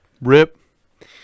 Rip